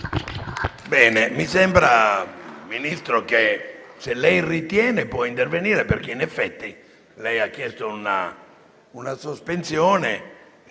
Ministro Ciriani, se lei ritiene può intervenire, perché in effetti lei ha chiesto una sospensione.